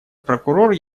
прокурор